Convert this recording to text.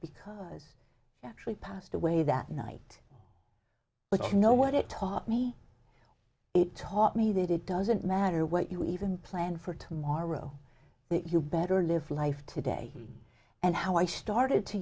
because i actually passed away that night but you know what it taught me it taught me that it doesn't matter what you even plan for tomorrow you better live life today and how i started to